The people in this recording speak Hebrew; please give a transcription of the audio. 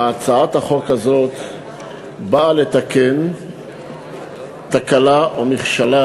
הצעת החוק הזאת באה לתקן תקלה או מכשלה